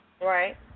Right